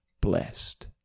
blessed